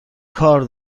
کار